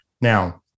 Now